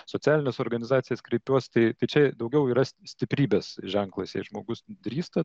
socialines organizacijas kreipiuos tai čia daugiau yra stiprybės ženklas jei žmogus drįsta